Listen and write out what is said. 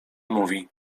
mówi